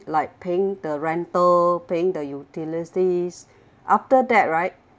like paying the rental paying the utilities after that right